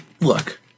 look